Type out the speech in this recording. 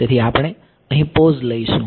તેથી આપણે અહીં પોઝ લઈશું